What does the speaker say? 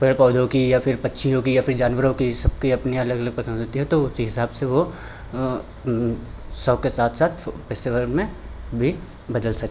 पेड़ पौधों की या फिर पक्षियों की या फिर जानवरों की सबकी अपनी अलग अलग पसंद होती है तो उसी हिसाब से वो शौक के साथ साथ वो पेशेवर में भी बदल सकते हैं